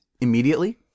Immediately